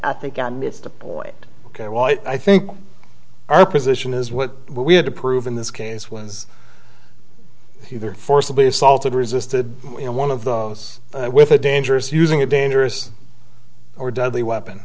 i think i missed a point ok well i think our position is what we had to prove in this case was either forcibly assaulted resisted in one of the us with a dangerous using a dangerous or deadly weapon